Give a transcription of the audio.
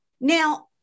Now